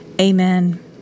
Amen